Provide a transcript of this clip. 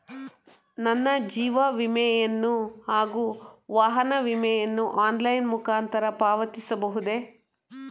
ನನ್ನ ಜೀವ ವಿಮೆಯನ್ನು ಹಾಗೂ ವಾಹನ ವಿಮೆಯನ್ನು ಆನ್ಲೈನ್ ಮುಖಾಂತರ ಪಾವತಿಸಬಹುದೇ?